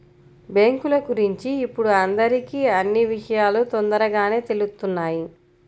బ్యేంకుల గురించి ఇప్పుడు అందరికీ అన్నీ విషయాలూ తొందరగానే తెలుత్తున్నాయి